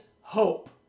hope